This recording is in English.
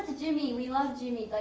jimmy. we love jimmy.